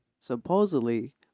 supposedly